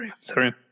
sorry